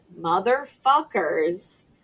motherfuckers